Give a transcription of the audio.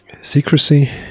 Secrecy